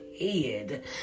head